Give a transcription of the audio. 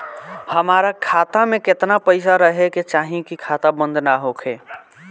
हमार खाता मे केतना पैसा रहे के चाहीं की खाता बंद ना होखे?